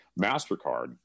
MasterCard